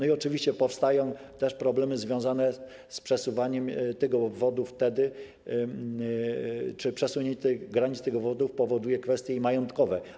Oczywiście powstają też problemy związane z przesuwaniem obwodu, wtedy gdy przesunięcie granic obwodów powoduje kwestie majątkowe.